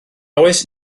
oes